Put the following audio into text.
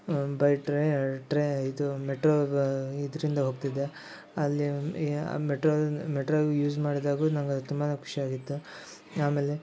ಬರೀ ಟ್ರೇ ಟ್ರೇ ಇದು ಮೆಟ್ರೋ ಇದರಿಂದ ಹೋಗ್ತಿದ್ದೆ ಅಲ್ಲಿ ಇಯ ಮೆಟ್ರೋದಿಂದ ಮೆಟ್ರೋ ಯೂಸ್ ಮಾಡ್ದಾಗ್ಲೂ ನಂಗೆ ಅದು ತುಂಬಾ ಖುಷಿ ಆಗಿತ್ತು ಆಮೇಲೆ